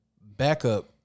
backup